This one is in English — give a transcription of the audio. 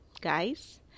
guys